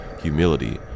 humility